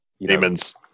Demons